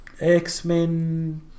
X-Men